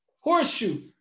horseshoe